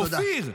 אופיר,